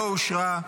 הצבעה.